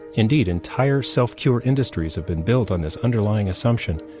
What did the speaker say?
indeed, entire self-cure industries have been built on this underlying assumption.